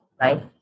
right